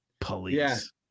police